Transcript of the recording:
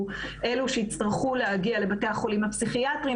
אלו שיצטרכו להגיע לבתי החולים הפסיכיאטריים,